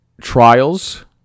trials